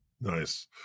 Nice